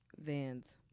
Vans